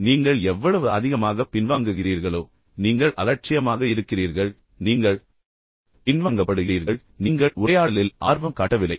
எனவே நீங்கள் எவ்வளவு அதிகமாக பின்வாங்குகிறீர்களோ நீங்கள் அலட்சியமாக இருக்கிறீர்கள் நீங்கள் பின்வாங்கப்படுகிறீர்கள் நீங்கள் உரையாடலில் ஆர்வம் காட்டவில்லை